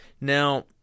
Now